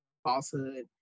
Falsehood